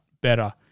better